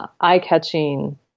eye-catching